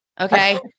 Okay